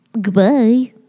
Goodbye